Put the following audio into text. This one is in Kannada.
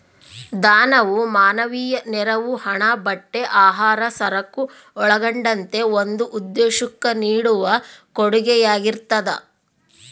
ದಾನವು ಮಾನವೀಯ ನೆರವು ಹಣ ಬಟ್ಟೆ ಆಹಾರ ಸರಕು ಒಳಗೊಂಡಂತೆ ಒಂದು ಉದ್ದೇಶುಕ್ಕ ನೀಡುವ ಕೊಡುಗೆಯಾಗಿರ್ತದ